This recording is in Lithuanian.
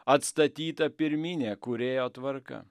atstatyta pirminė kūrėjo tvarka